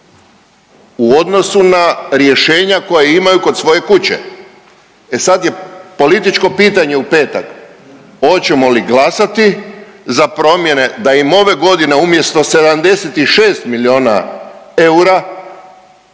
u odnosu na rješenja koja imaju kod svoje kuće. E sad je političko pitanje u petak hoćemo li glasati za promjene da im ove godine umjesto 76 miliona eura